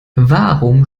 warum